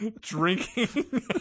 drinking